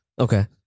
Okay